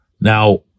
Now